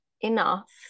enough